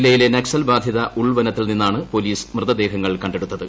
ജില്ലയിലെ നക്സൽ ബാധിത ഉൾവനത്തിൽ നിന്നാണ് പോലീസ് മൃതദേഹങ്ങൾ കണ്ടെടുത്തത്